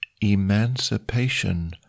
Emancipation